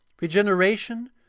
regeneration